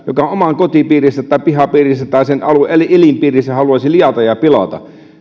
joka oman kotipiirinsä tai pihapiirinsä tai elinpiirinsä haluaisi liata ja pilata